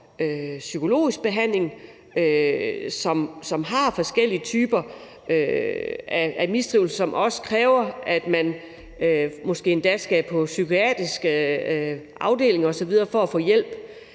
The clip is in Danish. psykologisk behandling, og som har forskellige typer af mistrivsel, som også kræver, at man måske endda skal på psykiatrisk afdeling osv. for at få hjælp.